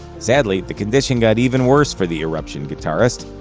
sadly, the condition got even worse for the eruption guitarist.